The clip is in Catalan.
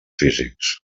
físics